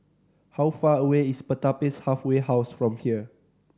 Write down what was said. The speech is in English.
how far away is Pertapis Halfway House from here